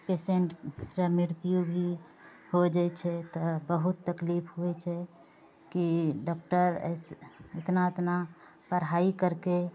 patient के मृत्यु भी हो जाइ छै तऽ बहुत तकलीफ होइ छै कि डॉक्टर इतना इतना पढ़ाइ कैरिके